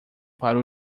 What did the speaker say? para